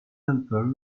helper